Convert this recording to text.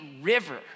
river